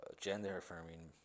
gender-affirming